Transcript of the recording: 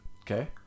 Okay